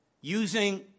using